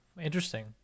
Interesting